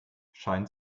scheint